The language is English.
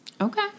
Okay